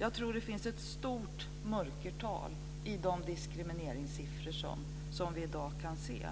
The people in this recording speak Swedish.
Jag tror att det finns ett stort mörkertal i de diskrimineringssiffror som vi i dag kan se.